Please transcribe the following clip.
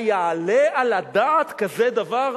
היעלה על הדעת כזה דבר?